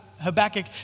Habakkuk